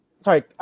Sorry